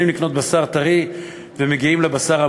לקנות בשר טרי ומגיעים לבשר המופשר.